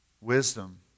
wisdom